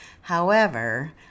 However